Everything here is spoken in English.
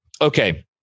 Okay